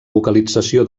vocalització